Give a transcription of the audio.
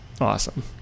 awesome